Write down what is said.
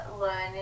learning